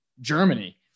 Germany